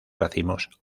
racimos